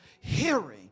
hearing